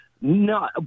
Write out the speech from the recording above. No